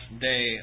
day